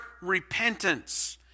repentance